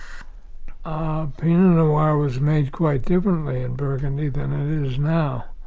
ah pinot noir was made quite differently in burgundy than it is now,